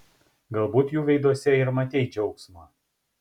galbūt jų veiduose ir matei džiaugsmą